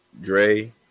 Dre